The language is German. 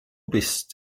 bist